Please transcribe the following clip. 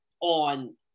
on